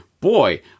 boy